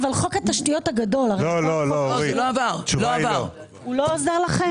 חוק התשתיות הגדול, לא עזר לכם?